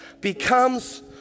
becomes